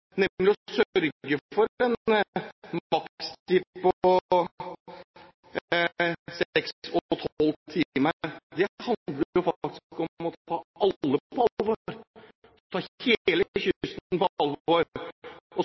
nemlig å sørge for en responstid på 6 timer og maksimalt 12 timer. Det handler faktisk om å ta alle på alvor, å ta hele kysten på alvor og